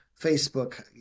Facebook